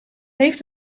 heeft